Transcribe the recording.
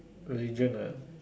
religion ah